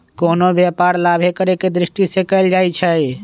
कोनो व्यापार लाभे करेके दृष्टि से कएल जाइ छइ